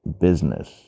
business